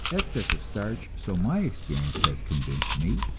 excess of starch, so my experience has convinced me,